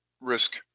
risk